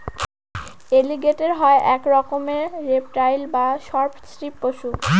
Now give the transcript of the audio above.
এলিগেটের হয় এক রকমের রেপ্টাইল বা সর্প শ্রীপ পশু